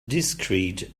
discrete